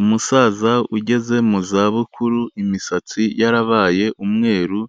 Umusaza ugeze mu zabukuru, imisatsi yarabaye umweru,